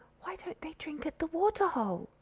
why don't they drink at the water-hole?